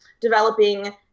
developing